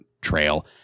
trail